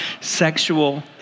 sexual